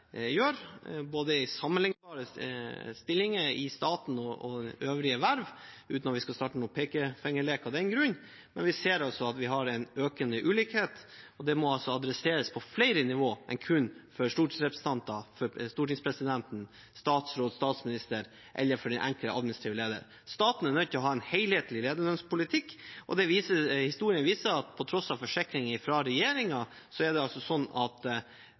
både i sammenlignbare stillinger i staten og i øvrige verv, uten at vi skal starte noen pekefingerlek av den grunn. Men vi ser altså at vi har en økende ulikhet, og det må adresseres på flere nivåer enn kun for stortingsrepresentantene og stortingspresidenten, statsrådene og statsministeren og for den enkelte administrative leder. Staten er nødt til å ha en helhetlig lederlønnspolitikk. Historien viser at på tross av forsikringer fra regjeringen er utviklingen blitt videreført de siste to årene. Senterpartiet finner det derfor nødvendig at